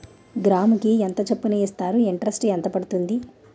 గ్రాముకి ఎంత చప్పున ఇస్తారు? ఇంటరెస్ట్ ఎంత పడుతుంది?